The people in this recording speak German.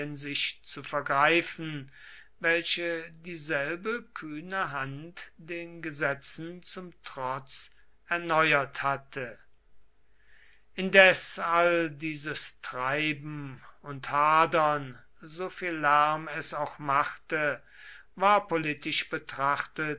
sich zu vergreifen welche dieselbe kühne hand den gesetzen zum trotz erneuert hatte indes all dieses treiben und hadern soviel lärm es auch machte war politisch betrachtet